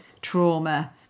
trauma